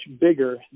bigger